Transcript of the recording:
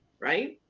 Right